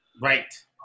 right